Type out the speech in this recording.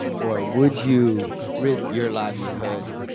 or would you risk your livelihood,